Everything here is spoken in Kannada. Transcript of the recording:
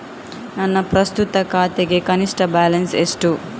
ನನ್ನ ಪ್ರಸ್ತುತ ಖಾತೆಗೆ ಕನಿಷ್ಠ ಬ್ಯಾಲೆನ್ಸ್ ಎಷ್ಟು?